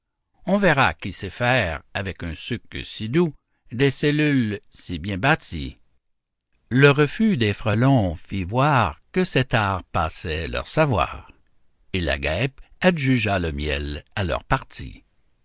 on verra qui sait faire avec un suc si doux des cellules si bien bâties le refus des frelons fit voir que cet art passait leur savoir et la guêpe adjugea le miel à leurs parties